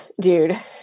dude